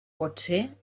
potser